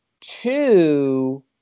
two